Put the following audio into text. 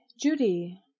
judy